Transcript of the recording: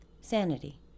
Sanity